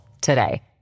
today